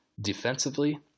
defensively